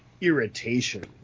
irritation